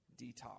detox